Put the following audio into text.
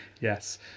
Yes